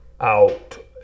out